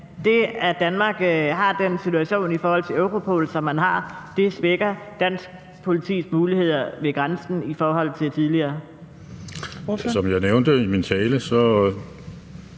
det, at Danmark har den situation i forhold til Europol, som man har, svækker dansk politis muligheder ved grænsen i forhold til tidligere? Kl. 18:20 Fjerde